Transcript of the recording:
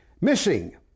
missing